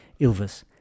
Ilves